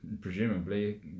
presumably